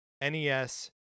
NES